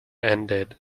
ended